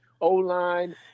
O-line